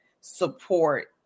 support